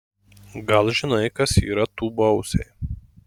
gal žinai kur yra tūbausiai